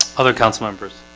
other councilmembers